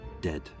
dead